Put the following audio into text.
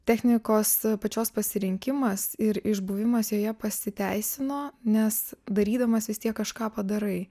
technikos pačios pasirinkimas ir išbuvimas joje pasiteisino nes darydamas vis tiek kažką padarai